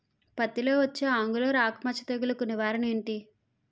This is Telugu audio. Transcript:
పత్తి లో వచ్చే ఆంగులర్ ఆకు మచ్చ తెగులు కు నివారణ ఎంటి?